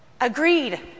Agreed